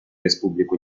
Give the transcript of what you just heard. республику